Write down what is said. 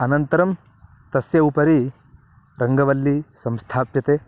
अनन्तरं तस्य उपरि रङ्गवल्ली संस्थाप्यते